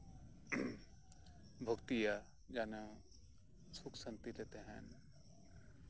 ᱞᱮ ᱵᱷᱚᱠᱛᱤᱭᱟ ᱡᱮᱱᱚ ᱥᱩᱠ ᱥᱟᱱᱛᱤ ᱞᱮ ᱛᱟᱦᱮᱸᱱ